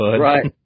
right